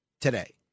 today